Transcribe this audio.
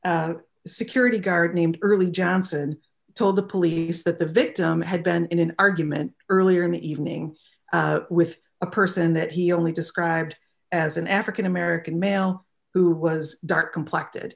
scene security guard named early johnson told the police that the victim had been in an argument earlier in the evening with a person that he only described as an african american male who was dark complected